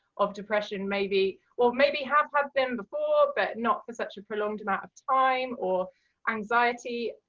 of depression maybe, or maybe have had them before but not for such a prolonged amount of time, or anxiety,